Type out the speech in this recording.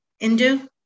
Indu